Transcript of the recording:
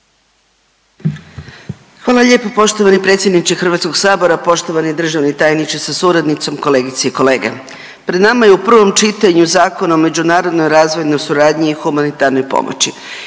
Hvala lijepo poštovani predsjedniče Hrvatskog sabora, poštovani državni tajniče sa suradnicom, kolegice i kolege. Pred nama je u prvom čitanju Zakon o međunarodnoj razvojnoj suradnji i humanitarnoj pomoći